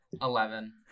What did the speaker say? Eleven